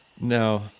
No